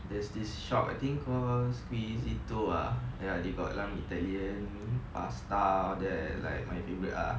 there's this shop I think called squisito ah ya they got some italian pasta all that like my favorite ah